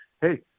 Hey